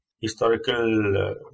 historical